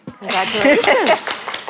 Congratulations